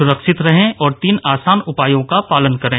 सुरक्षित रहें और तीन आसान उपायों का पालन करें